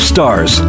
Stars